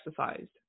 exercised